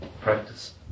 practice